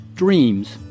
Dreams